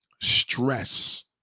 stress